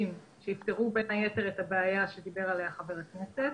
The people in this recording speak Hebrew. שיפתרו בין היתר את הבעיה שדיבר עליה חבר הכנסת.